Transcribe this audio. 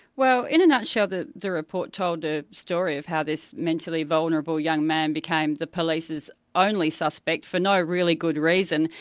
well in a nutshell, the the report told a story of how this mentally vulnerable young man became the police's only suspect, for no really good reason.